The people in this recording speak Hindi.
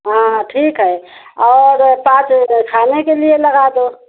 हाँ ठीक है और पाँच खाने के लिये लगा दो